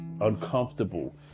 uncomfortable